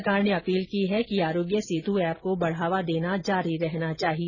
सरकार ने अपील की है कि आरोग्य सेतु एप को बढ़ावा देना जारी रहना चाहिए